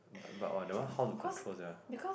but but !wah! that one how to control sia